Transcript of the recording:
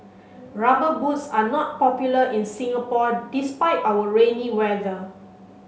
rubber boots are not popular in Singapore despite our rainy weather